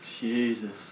Jesus